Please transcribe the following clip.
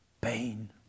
pain